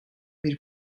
bir